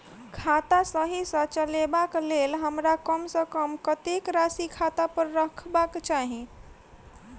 खाता सही सँ चलेबाक लेल हमरा कम सँ कम कतेक राशि खाता पर रखबाक चाहि?